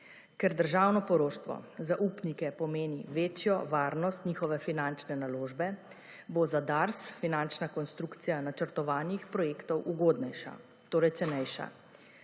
Ker državno poroštvo za upnike pomeni večjo varnost njihove finančne naložbe, bo za DARS finančna konstrukcija načrtovanih projektov ugodnejša, torej cenejša.